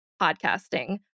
podcasting